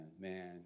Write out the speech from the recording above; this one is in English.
man